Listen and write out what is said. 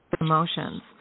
emotions